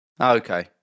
Okay